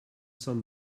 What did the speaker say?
sun